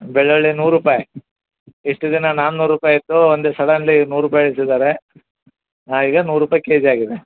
ಬೆಳ್ಳುಳ್ಳಿ ನೂರು ರೂಪಾಯಿ ಇಷ್ಟು ದಿನ ನಾನೂರು ರೂಪಾಯಿ ಇತ್ತು ಒಂದು ಸಡನ್ಲಿ ಈಗ ನೂರು ರೂಪಾಯ್ಗೆ ಇಳಿಸಿದಾರೆ ಹಾಂ ಈಗ ನೂರು ರೂಪಾಯಿ ಕೆ ಜಿ ಆಗಿದೆ